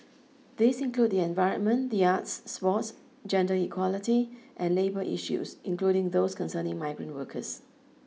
these include the environment the arts sports gender equality and labour issues including those concerning migrant workers